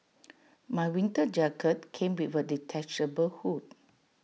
my winter jacket came with A detachable hood